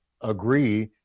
agree